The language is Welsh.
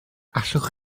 allwch